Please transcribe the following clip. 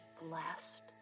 blessed